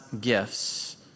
gifts